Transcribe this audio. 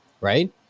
right